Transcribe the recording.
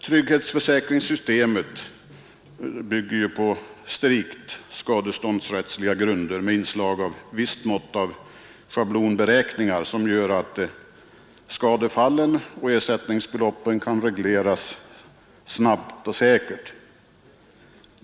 Trygghetsförsäkringssystemet bygger ju på strikt skadeståndsrättsliga grunder med inslag av visst mått av schablonberäkningar, som gör att skadefallen och ersättningsbeloppen kan regleras snabbt och säkert.